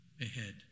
ahead